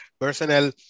personnel